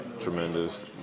Tremendous